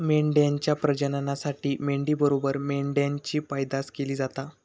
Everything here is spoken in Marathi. मेंढ्यांच्या प्रजननासाठी मेंढी बरोबर मेंढ्यांची पैदास केली जाता